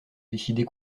décider